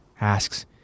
asks